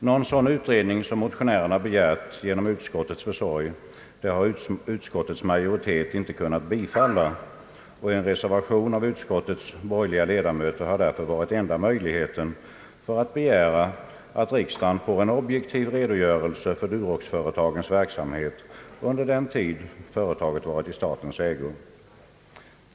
Motionärernas begäran om en sådan utredning genom utskottets försorg har utskottets majoritet inte kunnat biträda. En reservation av utskottets borgerliga ledamöter har därför varit enda möjligheten att begära att riksdagen får en objektiv redogörelse för Duroxföretagens verksamhet under den tid företagen varit i statens ägo.